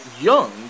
young –